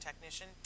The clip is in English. technician